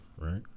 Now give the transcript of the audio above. right